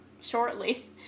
shortly